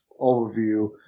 overview